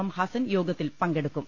M Hassan യോഗത്തിൽ പങ്കെടുക്കും